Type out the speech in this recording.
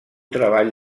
treball